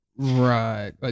Right